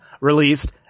released